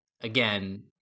again